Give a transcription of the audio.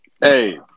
Hey